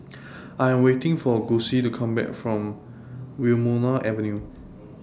I Am waiting For Gussie to Come Back from Wilmonar Avenue